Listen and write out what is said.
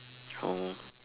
oh